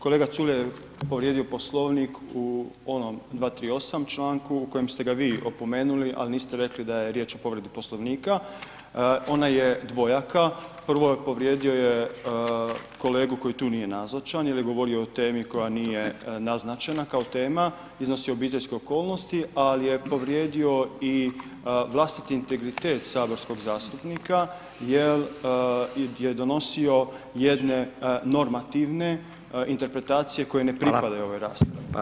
Kolega Culej je povrijedio Poslovnik u onom 238. članku u kojem ste ga vi opomenuli ali niste rekli da je riječ o povredi Poslovnika, ona je dvojaka, prvo povrijedio je kolegu koji tu nije nazočan jer je govorio o temi koja nije naznačena kao tema, iznosi obiteljske okolnosti ali je povrijedio i vlastiti integritet saborskog zastupnika jer i gdje je donosio jedne normativne interpretacije koje ne pripadaju ovoj raspravi.